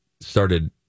started